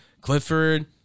Clifford